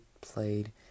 played